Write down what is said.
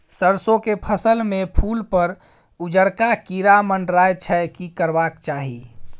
सरसो के फसल में फूल पर उजरका कीरा मंडराय छै की करबाक चाही?